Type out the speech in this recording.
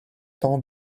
temps